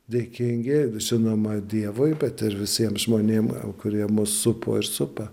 dėkingi žinoma dievui bet ir visiem žmonėm kurie mus supo ir supa